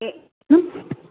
எ ம்